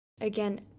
Again